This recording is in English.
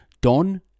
Don